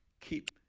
Keep